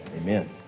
amen